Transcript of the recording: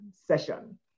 session